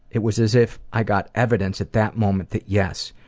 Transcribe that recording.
it was as if i got evidence at that moment that yes,